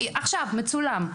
עכשיו, מצולם.